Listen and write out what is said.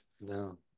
No